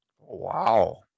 Wow